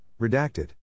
Redacted